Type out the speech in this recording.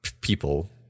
people